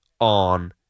on